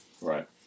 Right